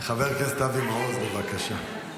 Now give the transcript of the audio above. חבר הכנסת אבי מעוז, בבקשה.